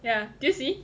yeah do you see